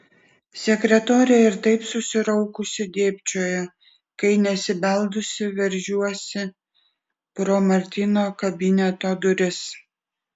sekretorė ir taip susiraukusi dėbčioja kai nesibeldusi veržiuosi pro martino kabineto duris